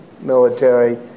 military